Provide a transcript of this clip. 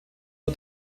nur